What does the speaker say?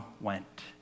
went